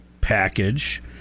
package